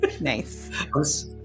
Nice